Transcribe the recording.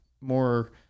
more